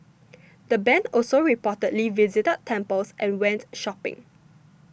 the band also reportedly visited temples and went shopping